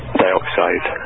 dioxide